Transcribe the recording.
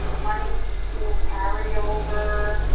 money for school carryover?